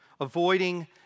Avoiding